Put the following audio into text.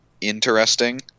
interesting